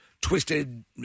twisted